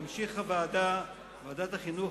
תמשיך ועדת החינוך,